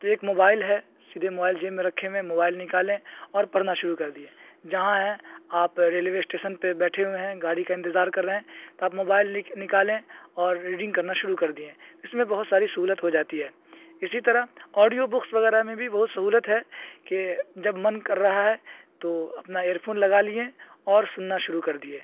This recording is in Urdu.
تو ایک موبائل ہے سیدھے مووائل جیب میں رکھے ہوئے ہیں مووائل نکالیں اور پڑھنا شروع کر دیے جہاں ہیں آپ ریلوے اسٹیسن پہ بیٹھے ہوئے ہیں گاڑی کا انتظار کر رہے ہیں تو آپ موبائل نکالیں اور ریڈنگ کرنا شروع کر دیں اس میں بہت ساری سہولت ہو جاتی ہے اسی طرح آڈیو بکس وغیرہ میں بھی بہت سہولت ہے کہ جب من کر رہا ہے تو اپنا ایئر فون لگا لئے اور سننا شروع کر دیے